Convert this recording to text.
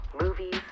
movies